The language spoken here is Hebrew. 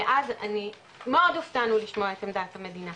אנו מאוד הופתענו לשמוע את עמדת המדינה